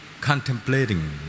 contemplating